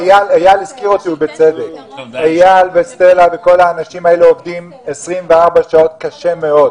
אייל וסטלה וכל האנשים האלה עובדים קשה מאוד 24